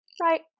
Right